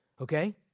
Okay